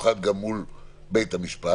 במיוחד גם מול בית המשפט.